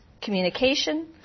communication